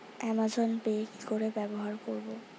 Amazon pay কি করে ব্যবহার করব?